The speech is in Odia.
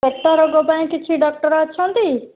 ପେଟ ରୋଗ ପାଇଁ କିଛି ଡକ୍ଟର ଅଛନ୍ତି